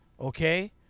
okay